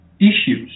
issues